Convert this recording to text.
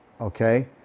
okay